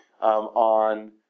on